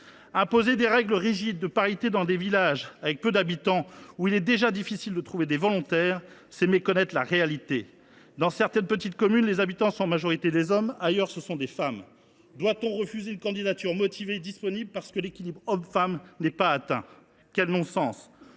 Imposer des règles rigides de parité dans des villages où il est déjà difficile de trouver des volontaires, c’est méconnaître la réalité. Dans certaines petites communes, les habitants sont en majorité des hommes ; ailleurs, ce sont des femmes. Doit on refuser la candidature d’une personne motivée et disponible parce que l’équilibre entre les hommes et les femmes n’est pas atteint ? Quel non sens !